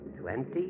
Twenty